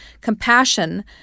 compassion